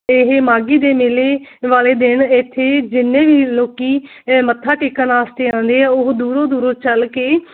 ਇਹੀ ਮਾਘੀ ਦੇ ਮੇਲੇ ਵਾਲੀ ਦਿਨ ਇੱਥੇ ਜਿੰਨੇ ਵੀ ਲੋਕੀ ਮੱਥਾ ਟੇਕਣ ਵਾਸਤੇ ਆਉਂਦੇ ਆ ਉਹ ਦੂਰੋਂ ਦੂਰੋਂ ਚੱਲ ਕੇ